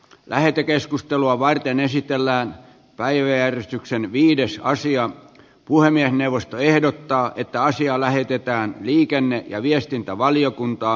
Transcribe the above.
lähetekeskustelua varten esitellään päivi äänestyksen viidessä asian puhemiesneuvosto ehdottaa että asia lähetetään liikenne ja viestintävaliokuntaan